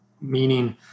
Meaning